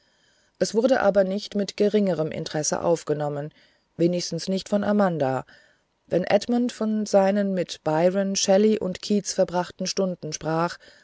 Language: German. es wurde aber nicht mit geringerem interesse aufgenommen wenigstens nicht von amanda wenn edmund von seinen mit byron shelley und keats verbrachten stunden sprach